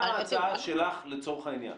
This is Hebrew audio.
מה ההצעה שלך, לצורך העניין?